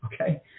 Okay